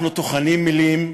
אנחנו טוחנים מילים,